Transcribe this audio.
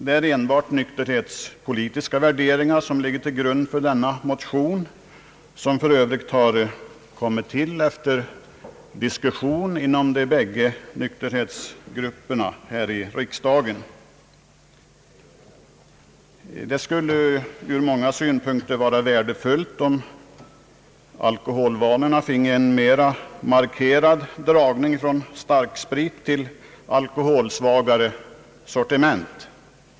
Det är enbart nykterhetspolitiska värderingar som ligger till grund för dessa motioner, vilka för övrigt tillkommit efter diskussion inom de bägge nykterhetsgrupperna här i riksdagen. Ur många synpunkter skulle det vara värdefullt om alkoholvanorna finge en mera markerad dragning från starksprit till alkoholsvagare sortiment.